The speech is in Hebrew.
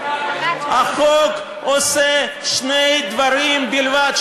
החוק עושה שני דברים בלבד,